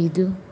ఐదు